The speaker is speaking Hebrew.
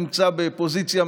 כל פעם מכבים את המזגן,